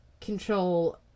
control